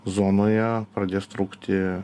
zonoje pradės trūkti